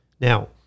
Now